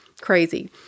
crazy